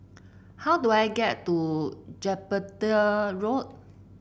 how do I get to Jupiter Road